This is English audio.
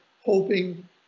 hoping